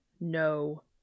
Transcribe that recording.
no